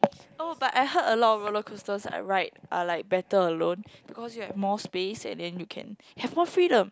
oh but I heard a lot of roller coasters I ride are like better alone because you have more space and then you can have more freedom